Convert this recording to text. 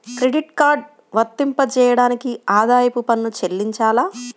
Credit card వర్తింపజేయడానికి ఆదాయపు పన్ను చెల్లించాలా?